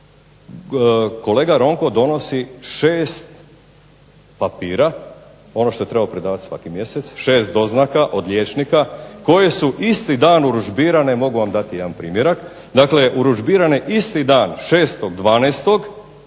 kolega Ronko donosi 6 papira, ono što je trebao predavati svaki mjesec, 6 doznaka od liječnika koje su isti dan urudžbirane, mogu vam dati jedan primjerak. Dakle, urudžbirane isti dan 6.12.